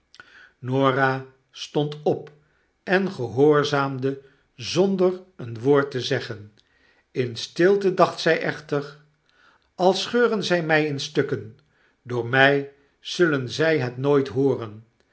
stond op en gehoorzaamde zonder een woord te zeggen in stilte dacht zy echter al scheurden zij my in stukken door mij zullen zy het nooit hooren